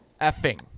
Effing